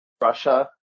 Russia